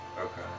Okay